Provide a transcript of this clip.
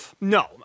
No